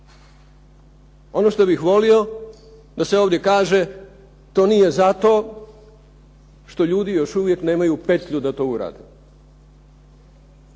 Ono što bih volio da se ovdje kaže to nije zato što ljudi još uvijek nemaju petlju da to urade.